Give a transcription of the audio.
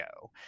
go